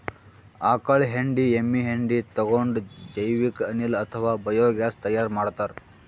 ಆಕಳ್ ಹೆಂಡಿ ಎಮ್ಮಿ ಹೆಂಡಿ ತಗೊಂಡ್ ಜೈವಿಕ್ ಅನಿಲ್ ಅಥವಾ ಬಯೋಗ್ಯಾಸ್ ತೈಯಾರ್ ಮಾಡ್ತಾರ್